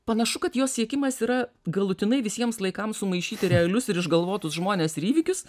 panašu kad jos siekimas yra galutinai visiems laikams sumaišyti realius ir išgalvotus žmones ir įvykius